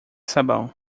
sabão